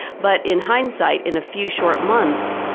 but in hindsight, in a few short months,